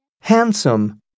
handsome